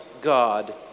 God